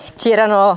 c'erano